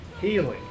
healing